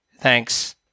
thanks